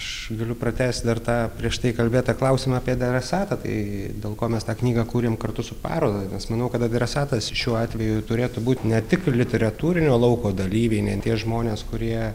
aš galiu pratęsti dar tą prieš tai kalbėtą klausimą apie dar esatą tai dėl ko mes tą knygą kūrėm kartu su paroda nes manau kad adresatas šiuo atveju turėtų būt ne tik literatūrinio lauko dalyviai ne tie žmonės kurie